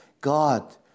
God